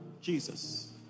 Jesus